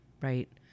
right